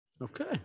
okay